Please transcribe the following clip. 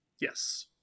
yes